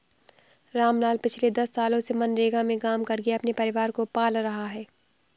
रामलाल पिछले दस सालों से मनरेगा में काम करके अपने परिवार को पाल रहा है